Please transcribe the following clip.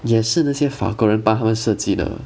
也是那些法国人帮他们设计的